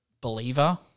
believer –